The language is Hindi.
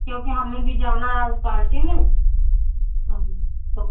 क्योंकि हमें भी जाना है आज पार्टी में हाँ तो